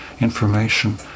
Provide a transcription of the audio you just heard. information